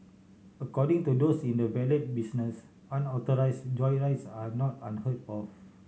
according to those in the valet business unauthorise joyrides are not unheard of